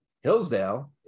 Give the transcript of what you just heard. Hillsdale